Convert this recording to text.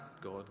God